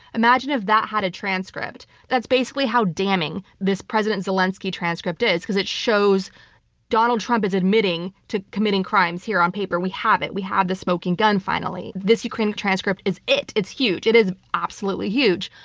imagine if that had a transcript. that's basically how damning this president zelensky transcript is because it shows donald trump is admitting to committing crimes here on paper. we have it. we have the smoking gun, finally. this ukraine transcript is it. it's huge. it is absolutely huge.